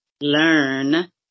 learn